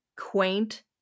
quaint